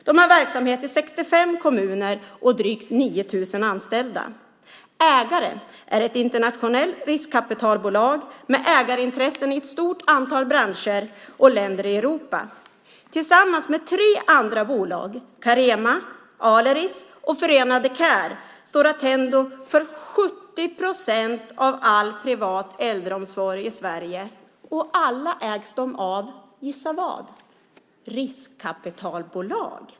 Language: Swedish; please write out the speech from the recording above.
De har verksamhet i 65 kommuner och har drygt 9 000 anställda. Ägaren är ett internationellt riskkapitalbolag med ägarintressen i ett stort antal branscher och länder i Europa. Tillsammans med tre andra bolag - Carema, Aleris och Förenade Care - står Attendo Care för 70 procent av all privat äldreomsorg i Sverige. Och gissa av vem de alla ägs. Jo, de ägs av riskkapitalbolag.